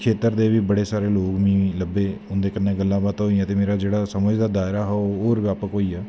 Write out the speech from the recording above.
खेत्तर दे बी लोग मीं बड़े सारे लब्भे उंदे कन्नै गल्लां बातां होईयां ते जेह्ड़ासमझ दा दायरा हा ओह् होर ब्यापक होईया